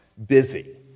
busy